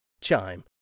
Chime